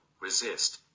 resist